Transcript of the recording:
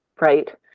right